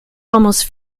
almost